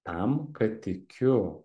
tam kad tikiu